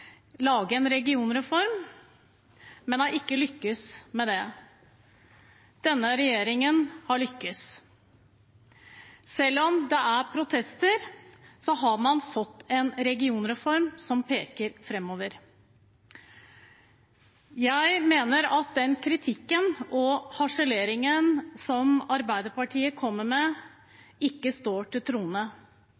lage en regionreform, men har ikke lyktes med det. Denne regjeringen har lyktes. Selv om det er protester, har man fått en regionreform som peker framover. Jeg mener at den kritikken og harseleringen som Arbeiderpartiet kommer med,